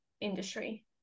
industry